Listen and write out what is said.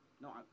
No